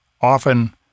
often